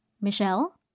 Michelle